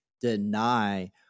deny